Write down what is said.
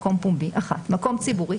"מקום פומבי" כל אחד מאלה: מקום ציבורי,